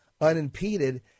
unimpeded